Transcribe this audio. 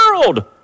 world